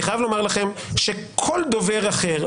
אני חייב לומר לכם שכל דובר אחר,